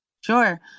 Sure